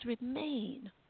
remain